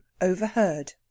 overheard